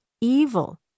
evil